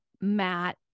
Matt